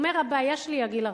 הוא אומר: הבעיה שלי היא הגיל הרך.